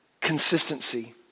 consistency